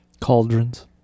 Cauldrons